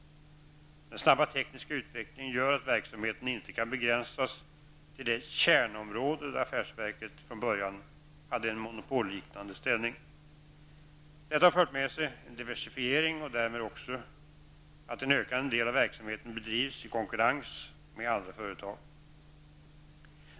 Den snabba tekniska utvecklingen gör att verksamheten inte kan begränsas till det ''kärnområde'' där affärsverket från början hade en monopolliknande ställning. Detta har fört med sig en diversifiering och därmed också att en ökande del av verksamheten bedrivs i konkurrens med andra företag.